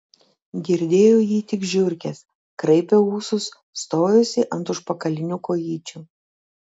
girdėjo jį tik žiurkės kraipė ūsus stojosi ant užpakalinių kojyčių